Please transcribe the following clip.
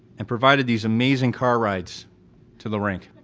and provided these amazing car rides to the rink.